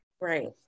Right